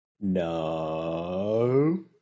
No